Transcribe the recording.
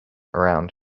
around